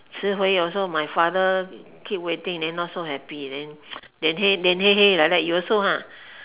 迟回 also my father keep waiting then not so happy then 脸黑脸黑黑 like that you also ah